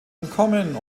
entkommen